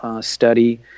study